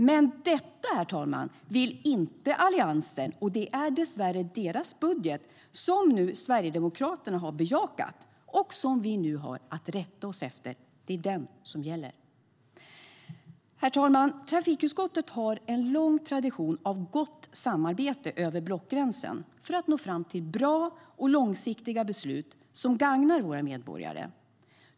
Men detta, herr talman, vill inte Alliansen, och det är dessvärre deras budget som Sverigedemokraterna har bejakat och som vi nu har att rätta oss efter. Det är den som gäller. Herr talman! Trafikutskottet har en lång tradition av gott samarbete över blockgränsen för att nå fram till bra och långsiktiga beslut som gagnar våra medborgare.